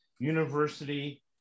University